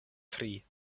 tri